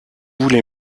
voulez